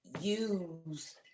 Use